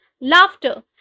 laughter